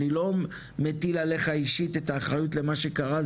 אני לא מטיל עליך אישית את האחריות למה שקרה,